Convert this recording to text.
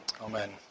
Amen